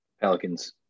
Pelicans